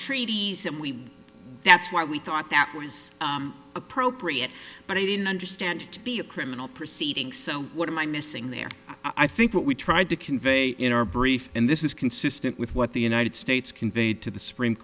treaties and we that's why we thought that was appropriate but i didn't understand it to be a criminal proceeding so what am i missing there i think what we tried to convey in our brief and this is consistent with what the united states conveyed to the supreme